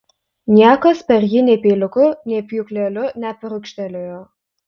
niekas per jį nei peiliuku nei pjūkleliu nebrūkštelėjo